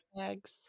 eggs